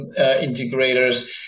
integrators